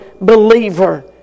believer